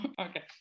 Okay